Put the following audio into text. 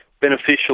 beneficial